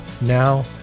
Now